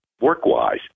work-wise